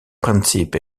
principe